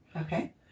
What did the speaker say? Okay